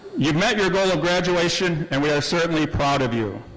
you've met your goal of graduation and we are certainly proud of you.